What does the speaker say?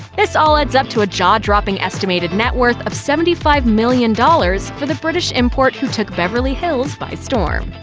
this all adds up to a jaw-dropping estimated net worth of seventy five million dollars dollars for the british import who took beverly hills by storm.